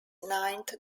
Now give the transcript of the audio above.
ninth